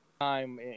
Time